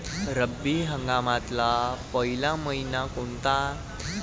रब्बी हंगामातला पयला मइना कोनता?